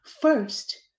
First